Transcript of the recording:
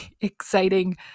exciting